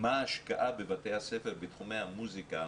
מה ההשקעה בבתי הספר בתחומי המוסיקה,